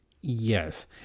Yes